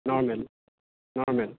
normal normal